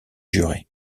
juré